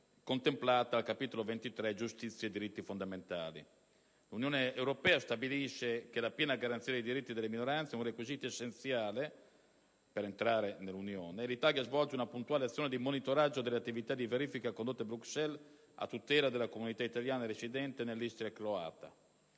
della Croazia all'Unione europea. L'Unione europea stabilisce che la piena garanzia dei diritti delle minoranze è un requisito essenziale per entrare nell'Unione e l'Italia svolge una puntuale azione di monitoraggio delle attività di verifica condotte a Bruxelles a tutela della comunità italiana residente nell'Istria croata